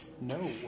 No